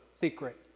secret